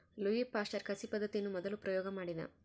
Louis Pasteur ಕಸಿ ಪದ್ದತಿಯನ್ನು ಮೊದಲು ಪ್ರಯೋಗ ಮಾಡಿದ